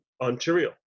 Ontario